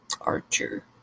archer